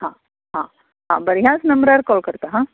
हां हां बरें ह्याच नबंरार कॉल करता हां